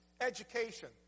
education